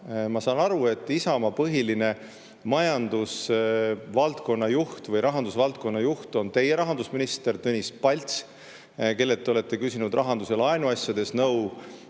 Ma saan aru, et Isamaa põhiline majandusvaldkonna või rahandusvaldkonna juht on teie rahandusminister Tõnis Palts, kellelt te olete küsinud rahandus- ja laenuasjades nõu,